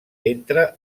entre